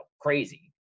crazy